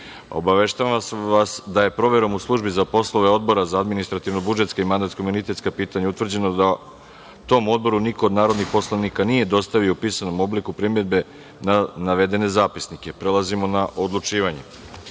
sednice. Obaveštavam vas da je proverom u službi za poslove Odbora za administrativno-budžetska i mandatno-imunitetska pitanja utvrđeno da tom Odboru niko od narodnih poslanika nije dostavio u pisanom obliku primedbe na navedene zapisnike. Prelazimo na odlučivanje. Stavljam